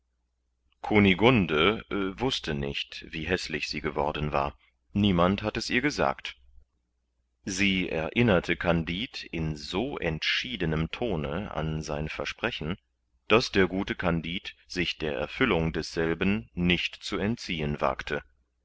kunigunde wußte nicht wie häßlich sie geworden war niemand hatt es ihr gesagt sie erinnerte kandid in so entschiedenem tone an sein versprechen daß der gute kandid sich der erfüllung desselben nicht zu entziehen wagte